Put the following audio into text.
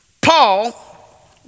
Paul